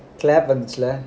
clap பண்ணுச்சுல:pannuchula